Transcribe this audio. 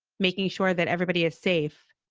making sure that everybody is safe,